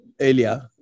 earlier